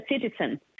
citizen